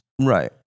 Right